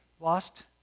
lost